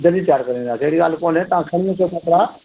जल्दी तयार करे ॾींदासीं अहिड़ी ॻाल्हि कोन्हे तव्हां खणी अचो कपिड़ा